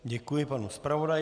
Děkuji panu zpravodaji.